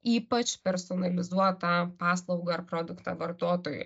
ypač personalizuotą paslaugą ar produktą vartotojui